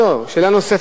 אם יש לך שאלה נוספת,